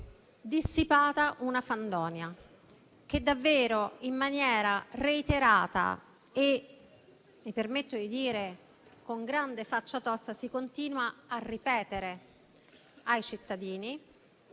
dissipata una fandonia che davvero in maniera reiterata e - mi permetto di dire - con grande faccia tosta si continua a ripetere ai cittadini,